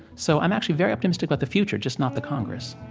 so i'm actually very optimistic about the future, just not the congress